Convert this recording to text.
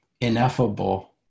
ineffable